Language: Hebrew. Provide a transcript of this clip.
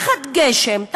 תחת גשם,